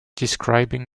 describing